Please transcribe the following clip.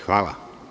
Hvala.